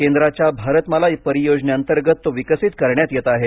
केंद्राच्या भारतमाला परियोजनेअंतर्गत तो विकसित करण्यात येत आहे